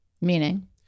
Meaning